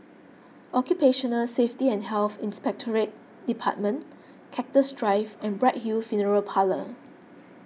Occupational Safety and Health Inspectorate Department Cactus Drive and Bright Hill Funeral Parlour